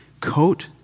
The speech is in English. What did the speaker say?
coat